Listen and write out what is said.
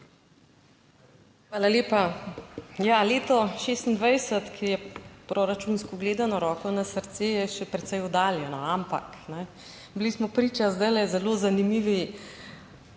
Hvala lepa. Ja, leto 2026, ki je proračunsko gledano, roko na srce, je še precej oddaljeno, ampak kajne, bili smo priča zdaj zelo zanimivi,